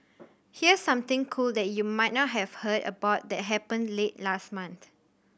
here's something cool that you might not have heard about that happened late last month